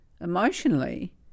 Emotionally